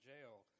jail